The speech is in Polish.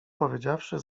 powiedziawszy